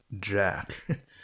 Jack